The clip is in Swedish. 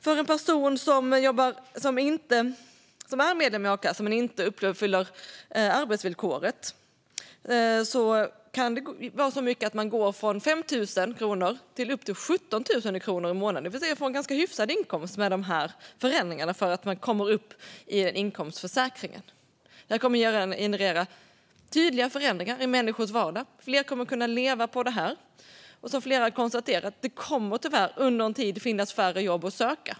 För en person som är medlem i a-kassan men inte uppfyller arbetsvillkoret kan det innebära att man går från 5 000 kronor upp till 17 000 kronor i månaden och alltså får en ganska hyfsad inkomst eftersom man med dessa förändringar kommer upp i inkomstförsäkringen. Detta kommer att generera tydliga förändringar i människors vardag. Fler kommer att kunna leva på detta. Som flera har konstaterat kommer det tyvärr under en tid att finnas färre jobb att söka.